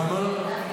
למה לא.